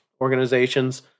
organizations